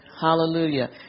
Hallelujah